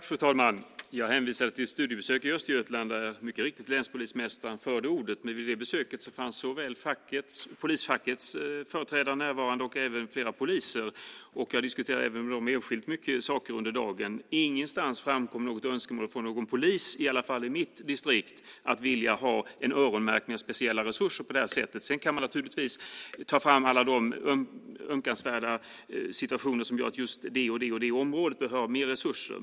Fru talman! Jag hänvisade till ett studiebesök i Östergötland där mycket riktigt länspolismästaren förde ordet, men vid det besöket fanns såväl polisfackets företrädare som flera poliser närvarande. Jag diskuterade även många saker enskilt med dem under dagen. Ingenstans framkom något önskemål från någon polis i mitt distrikt om öronmärkning och speciella resurser på det här sättet. Sedan kan man naturligtvis ta fram alla de ömkansvärda situationer som gör att just vissa områden behöver mer resurser.